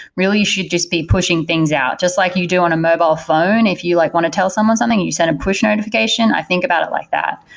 really, you should just be pushing things out just like you do on a mobile phone. if you like want to tell someone something, you sent a push notification. i think about it like that.